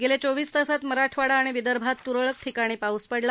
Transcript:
गेल्या चोवीस तासात मराठवाडा आणि विदर्भात तुरळक ठिकाणी पाऊस पडला